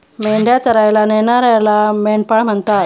मेंढ्या चरायला नेणाऱ्याला मेंढपाळ म्हणतात